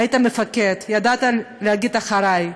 היית מפקד, ידעת להגיד "אחרי".